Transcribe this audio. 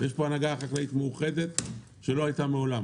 כי יש פה הנהגה חקלאית מאוחדת שלא הייתה מעולם